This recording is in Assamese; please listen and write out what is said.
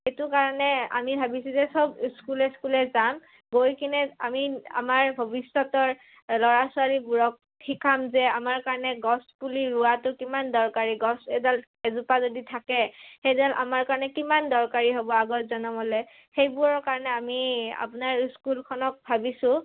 সেইটো কাৰণে আমি ভাবিছোঁ যে সব স্কুলে স্কুলে যাম গৈ কিনে আমি আমাৰ ভৱিষ্যতৰ ল'ৰা ছোৱালীবোৰক শিকাম যে আমাৰ কাৰণে গছ পুলি ৰোৱাটো কিমান দৰকাৰী গছ এডাল এজোপা যদি থাকে সেইডাল আমাৰ কাৰণে কিমান দৰকাৰী হ'ব আগৰ জনমলে সেইবোৰৰ কাৰণে আমি আপোনাৰ স্কুলখনক ভাবিছোঁ